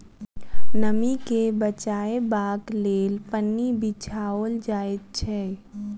नमीं के बचयबाक लेल पन्नी बिछाओल जाइत छै